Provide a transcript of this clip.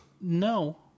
No